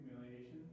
Humiliation